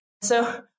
So-